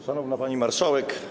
Szanowna Pani Marszałek!